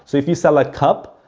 if you sell a cup,